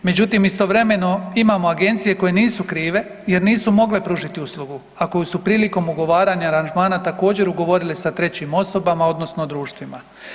Međutim, istovremeno imamo agencije koje nisu krive jer nisu mogle pružiti uslugu, a koju su prilikom ugovaranja aranžmana također ugovorile sa trećim osobama odnosno društvima.